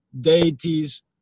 deities